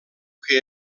que